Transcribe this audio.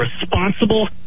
responsible